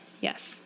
Yes